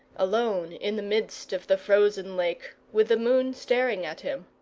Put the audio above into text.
alone in the midst of the frozen lake, with the moon staring at him.